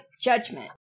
judgment